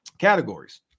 categories